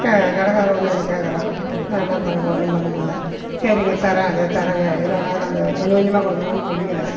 த கடன்காரன் வந்து என்ன கேட்குறான் நான் என்ன பண்ணுவேன் ஒன்றும் பண்ணமுடில்ல சரிங்க தர்றேன் இதோ தர்றேங்க இருபதனாயிரம் இந்த கொஞ்சம் கொஞ்சமாக கொடுக்குறேன்னு சொல்லிக்கிறேன்